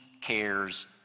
cares